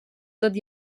tot